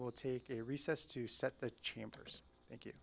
will take a recess to set the chambers thank you